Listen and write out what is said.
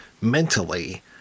mentally